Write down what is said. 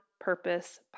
Purpose